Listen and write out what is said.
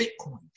Bitcoin